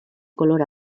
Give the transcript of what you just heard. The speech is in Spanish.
color